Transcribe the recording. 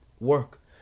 work